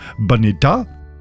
Banita